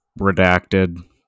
Redacted